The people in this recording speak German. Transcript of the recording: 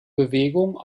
bewegung